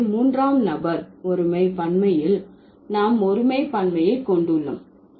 எனவே மூன்றாம் நபர் ஒருமை பன்மையில் நாம் ஒருமை பன்மையை கொண்டுள்ளோம்